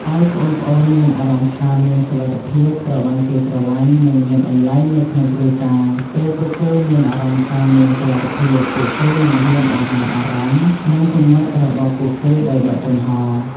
ឲ្យប្អូនៗមានអារម្មណ៍ថាមានសុវត្ថិភាព ត្រូវបានគេស្រលាញ់ និងមានតម្លៃនៅក្នុងគ្រួសារ ពេលពួកគេមានអារម្មណ៍ថាមានសុវត្ថិភាព ពួកគេនឹងហ៊ានបង្ហាញអារម្មណ៍ និងគំនិតរបស់ពួកគេដោយបើកចំហ។